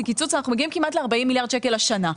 קיצוץ אנחנו מגיעים כמעט ל-40 מיליארד שקל השנה.